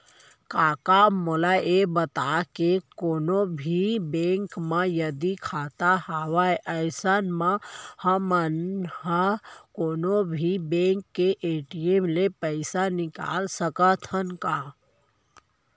कका मोला ये बता के कोनों भी बेंक म यदि खाता हवय अइसन म हमन ह कोनों भी बेंक के ए.टी.एम ले पइसा निकाल सकत हन का?